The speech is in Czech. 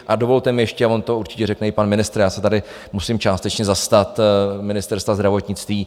A dovolte mi ještě, a on to určitě řekne i pan ministr, já se tady musím částečně zastat Ministerstva zdravotnictví.